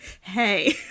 hey